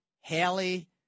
Haley